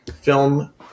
film